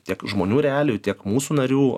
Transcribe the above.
tiek žmonių realijų tiek mūsų narių